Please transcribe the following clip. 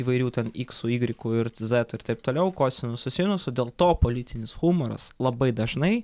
įvairių ten iksų igrikų ir zetų ir taip toliau kosinusų sinusų dėl to politinis humoras labai dažnai